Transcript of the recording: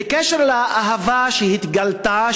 בקשר לאהבה שהתגלתה,